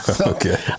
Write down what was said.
Okay